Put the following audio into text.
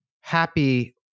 happy